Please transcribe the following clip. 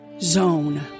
zone